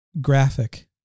graphic